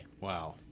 Wow